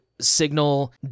Signal